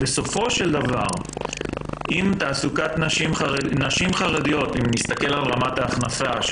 בסופו של דבר אם נסתכל על רמת ההכנסה של נשים חרדיות,